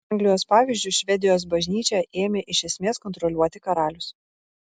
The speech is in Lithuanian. anglijos pavyzdžiu švedijos bažnyčią ėmė iš esmės kontroliuoti karalius